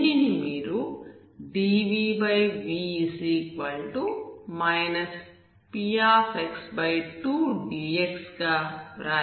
దీనిని మీరు dvv p2dx గా వ్రాయవచ్చు